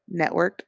networked